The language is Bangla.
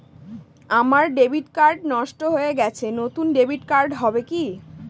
আমার ডেবিট কার্ড নষ্ট হয়ে গেছে নূতন ডেবিট কার্ড হবে কি?